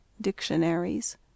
dictionaries